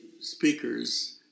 speakers